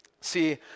See